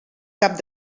cap